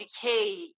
decay